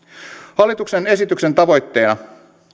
hallituksen esityksen tavoitteena